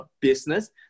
business